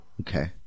Okay